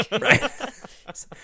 right